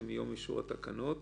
מיום אישור התקנות